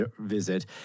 visit